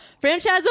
Franchise